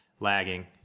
lagging